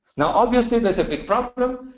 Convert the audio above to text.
now, obviously there's a big problem.